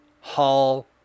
Hall